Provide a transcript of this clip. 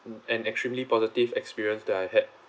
an extremely positive experience that I had